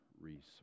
resource